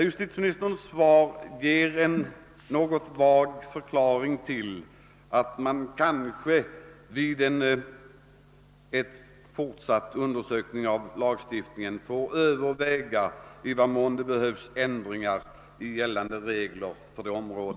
Justitieministerns svar innebär en något vag förklaring att man vid en fortsatt undersökning av lagen kanske får överväga i vad mån det behövs ändringar av gällande regler.